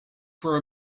for